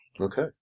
Okay